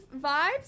vibes